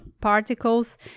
particles